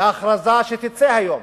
להכרזה שתצא היום,